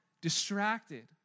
distracted